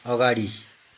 अगाडि